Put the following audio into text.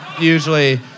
usually